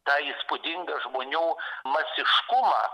tą įspūdingą žmonių masiškumą